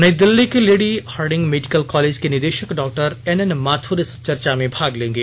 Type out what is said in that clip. नई दिल्ली के Lady Hardinge Medical College के निदेशक डॉक्टर एनएन माथुर इस चर्चा में भाग लेंगे